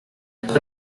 pas